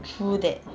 true that